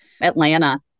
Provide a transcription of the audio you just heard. Atlanta